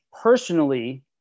personally